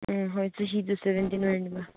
ꯎꯝ ꯍꯣꯏ ꯆꯍꯤꯗꯨ ꯁꯕꯦꯟꯇꯤꯟ ꯑꯣꯏꯔꯅꯦꯕ